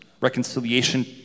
Reconciliation